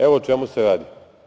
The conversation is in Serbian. Evo o čemu se radi.